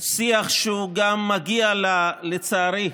שיח שגם מגיע, לצערי,